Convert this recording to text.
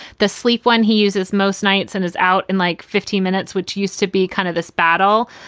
the sleep one he uses most nights and is out in like fifteen minutes, which used to be kind of this battle,